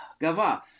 gava